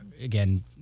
again